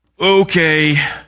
okay